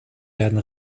werden